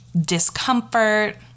discomfort